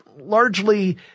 largely